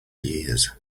years